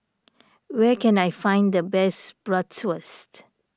where can I find the best Bratwurst